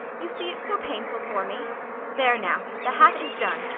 you see, it's so painful for me there now! the hat is done.